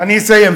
אני אסיים.